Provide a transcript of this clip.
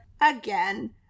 again